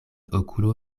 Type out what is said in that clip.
okulo